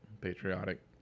Patriotic